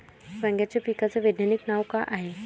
वांग्याच्या पिकाचं वैज्ञानिक नाव का हाये?